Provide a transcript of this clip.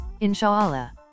inshallah